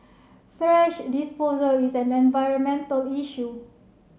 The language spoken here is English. thrash disposal is an environmental issue